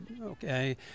okay